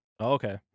Okay